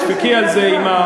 תדפקי על זה.